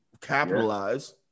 capitalize